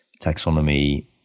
taxonomy